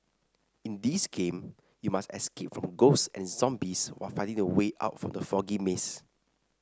in this game you must escape from ghosts and zombies while finding the way out from the foggy maze